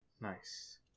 Nice